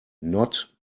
not